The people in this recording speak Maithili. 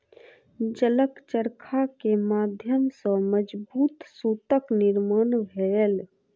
जलक चरखा के माध्यम सॅ मजबूत सूतक निर्माण भेल